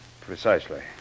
Precisely